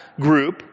group